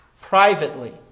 Privately